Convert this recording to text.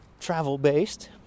travel-based